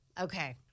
okay